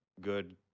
good